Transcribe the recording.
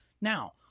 Now